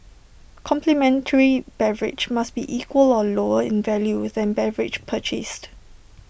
complimentary beverage must be equal or lower in value than beverage purchased